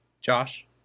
Josh